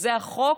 וזה החוק.